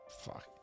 Fuck